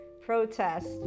protest